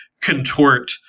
contort